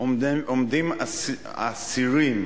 עומדים אסירים